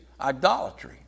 idolatry